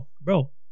bro